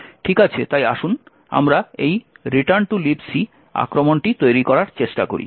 ঠিক আছে তাই আসুন আমরা এই রিটার্ন টু লিব সি আক্রমণটি তৈরি করার চেষ্টা করি